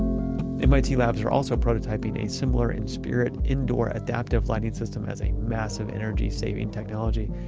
mit labs are also prototyping a similar-in-spirit indoor adaptive lighting system as a massive energy-saving technology,